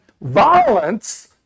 violence